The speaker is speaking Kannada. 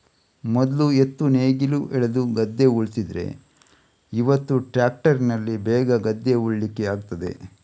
ಮೊದ್ಲು ಎತ್ತು ನೇಗಿಲು ಎಳೆದು ಗದ್ದೆ ಉಳ್ತಿದ್ರೆ ಇವತ್ತು ಟ್ರ್ಯಾಕ್ಟರಿನಲ್ಲಿ ಬೇಗ ಗದ್ದೆ ಉಳ್ಳಿಕ್ಕೆ ಆಗ್ತದೆ